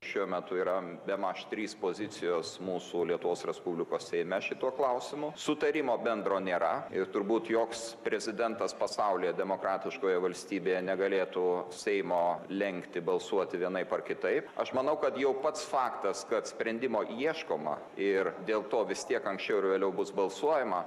šiuo metu yra bemaž trys pozicijos mūsų lietuvos respublikos seime šituo klausimu sutarimo bendro nėra ir turbūt joks prezidentas pasaulyje demokratiškoje valstybėje negalėtų seimo lenkti balsuoti vienaip ar kitaip aš manau kad jau pats faktas kad sprendimo ieškoma ir dėl to vis tiek anksčiau ar vėliau bus balsuojama